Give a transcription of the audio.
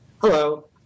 hello